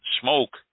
smoke